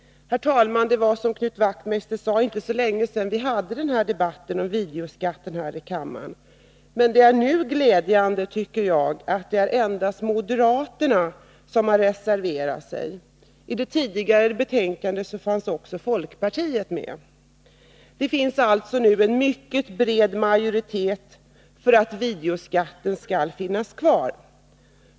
Herr talman! Det var, som Knut Wachtmeister sade, inte så länge sedan vi hade debatten om videoskatten här i kammaren. Jag tycker att det nu är glädjande att det endast är moderaterna som har reserverat sig. I det tidigare betänkandet var också folkpartiet med om reservationen. Det finns alltså nu en mycket bred majoritet för att videoskatten skall finnas kvar.